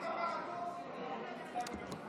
אבל כשמתיזים על חיות, אסור.